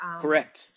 Correct